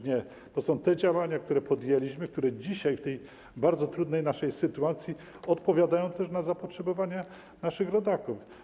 Nie, to są te działania, które podjęliśmy, które dzisiaj w tej naszej bardzo trudnej sytuacji odpowiadają też na zapotrzebowanie naszych rodaków.